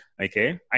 Okay